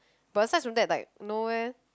but asides from that like no eh